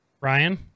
Ryan